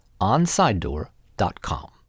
onsidedoor.com